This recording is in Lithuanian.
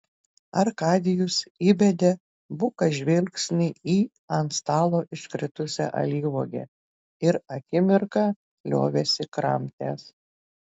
arkadijus įbedė buką žvilgsnį į ant stalo iškritusią alyvuogę ir akimirką liovėsi kramtęs